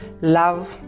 love